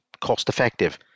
cost-effective